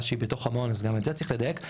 שהיא בתוך המון אז גם את זה צריך לדייק,